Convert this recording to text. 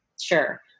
sure